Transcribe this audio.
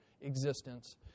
existence